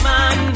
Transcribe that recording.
Man